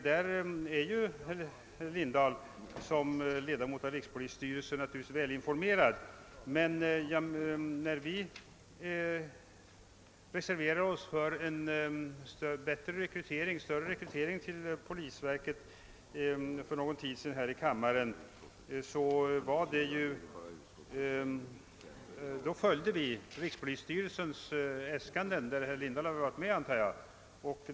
Såsom ledamot av rikspolisstyrelsen är herr Lindahl naturligtvis välinformerad, men när vi för någon tid sedan reserverade oss för en större rekrytering till polisverket följde vi rikspolisstyrelsens äskanden, som jag antar herr Lindahl har varit med om att utforma.